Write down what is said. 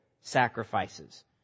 sacrifices